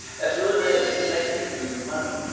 that's really what it is. it's the mexican food of money,